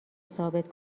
ثابت